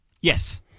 Yes